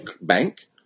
bank